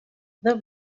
the